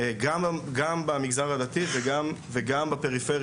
גם במגזר הדתי וגם בפריפריה.